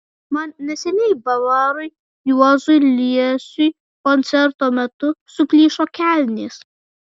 mat neseniai bavarui juozui liesiui koncerto metu suplyšo kelnės